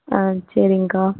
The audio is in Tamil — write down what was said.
ஆ செரிங்க்கா